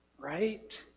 Right